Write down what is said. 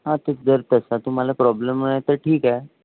हां ते जर तसा तुम्हाला प्रॉब्लम आहे तर ठीक आहे